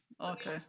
okay